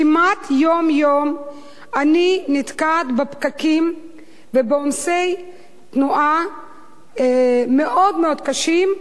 כמעט יום-יום אני נתקעת בפקקים ובעומסי תנועה מאוד-מאוד קשים.